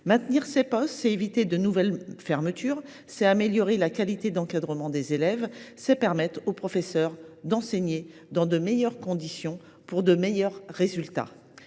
Maintenir ces postes, c’est éviter de nouvelles fermetures, c’est améliorer la qualité d’encadrement des élèves, c’est permettre aux professeurs d’enseigner dans de meilleures conditions pour de meilleurs résultats.